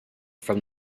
from